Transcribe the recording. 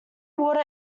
water